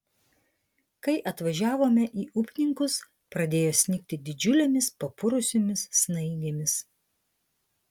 kai atvažiavome į upninkus pradėjo snigti didžiulėmis papurusiomis snaigėmis